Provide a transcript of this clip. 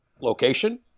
location